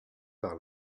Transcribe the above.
par